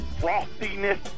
frostiness